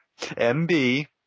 MB